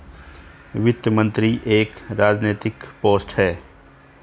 वित्त मंत्री एक राजनैतिक पोस्ट है